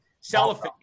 cellophane